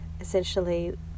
essentially